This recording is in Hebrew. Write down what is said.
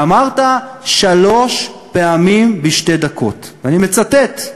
ואמרת שלוש פעמים בשתי דקות, אני מצטט,